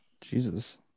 Jesus